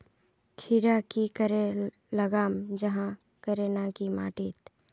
खीरा की करे लगाम जाहाँ करे ना की माटी त?